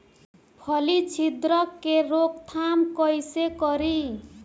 फली छिद्रक के रोकथाम कईसे करी?